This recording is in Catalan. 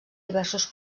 diversos